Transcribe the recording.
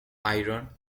iron